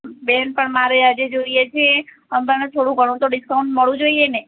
બેન પણ મારે આજે જોઈએ છે અં મને થોડુ ઘણું તો ડિસ્કાઉન્ટ મળવું જોઈએ ને